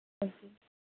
okay